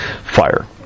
fire